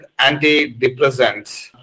antidepressants